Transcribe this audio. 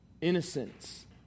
innocence